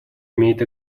имеет